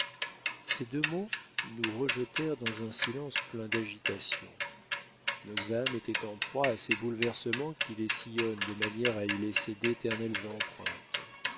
ces deux mots nous rejetèrent dans un silence plein d'agitations nos âmes étaient en proie à ces bouleversements qui les sillonnent de manière à y laisser d'éternelles empreintes